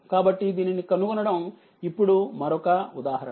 కాబట్టి దీనిని కనుగొనడం ఇప్పుడు మరొకఉదాహరణ